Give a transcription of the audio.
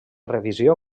revisió